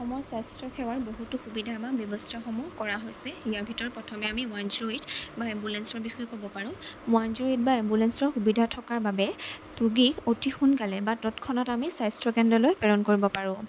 অসমৰ স্বাস্থ্যসেৱাৰ বহুতো সুবিধা বা ব্যৱস্থাসমূহ কৰা হৈছে ইয়াৰ ভিতৰত প্ৰথমে আমি ওৱান জিৰ' এইট বা এম্বোলেন্সৰ বিষয়ে ক'ব পাৰো ওৱান জিৰ' এইট বা এম্বোলেন্সৰ সুবিধা থকাৰ বাবে ৰোগীক অতি সোনকালে বা তৎক্ষণাত আমি স্বাস্থ্যকেন্দ্ৰলৈ প্ৰেৰণ কৰিব পাৰোঁ